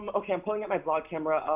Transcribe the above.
um okay i'm pulling up my vlog camera.